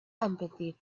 empathy